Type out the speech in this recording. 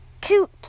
cute